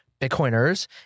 Bitcoiners